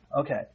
Okay